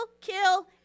kill